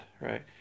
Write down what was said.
Right